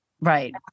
Right